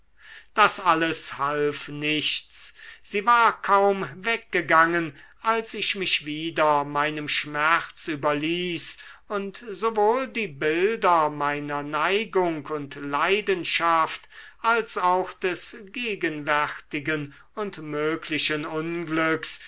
das alles half nichts sie war kaum weggegangen als ich mich wieder meinem schmerz überließ und sowohl die bilder meiner neigung und leidenschaft als auch des gegenwärtigen und möglichen unglücks